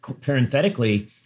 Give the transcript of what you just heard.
parenthetically